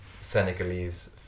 Senegalese